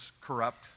corrupt